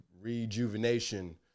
rejuvenation